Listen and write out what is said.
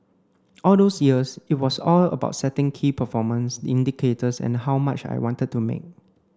all those years it was all about setting key performance indicators and how much I wanted to make